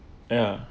ya